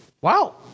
Wow